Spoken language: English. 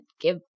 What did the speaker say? give